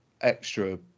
extra